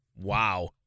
Wow